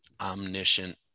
omniscient